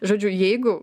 žodžiu jeigu